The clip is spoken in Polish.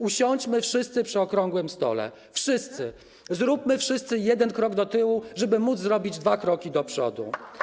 Usiądźmy wszyscy przy okrągłym stole, wszyscy, zróbmy wszyscy jeden krok do tyłu, żeby móc zrobić dwa kroki do przodu.